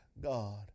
God